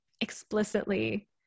explicitly